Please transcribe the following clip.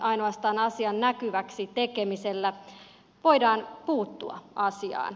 ainoastaan asian näkyväksi tekemisellä voidaan puuttua asiaan